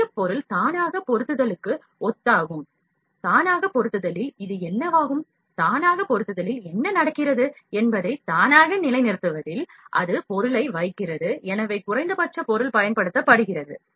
மையப் பொருள் தானாக பொருத்துதலுக்கு ஒத்ததாகும் தானாக பொருத்துதலில் இது என்னவாகும் தானாக பொருத்துதலில் என்ன நடக்கிறது என்பதை தானாக நிலைநிறுத்துவதில் அது பொருளை வைக்கிறது எனவே குறைந்தபட்ச பொருள் பயன்படுத்தப்படுகிறது